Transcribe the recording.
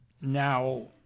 now